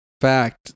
fact